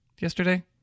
Yesterday